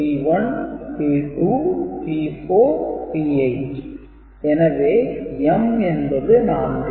P1 P2 P4 P8 எனவே m என்பது 4